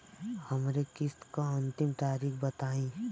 हमरे किस्त क अंतिम तारीख बताईं?